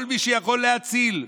כל מי שיכול להציל,